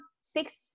six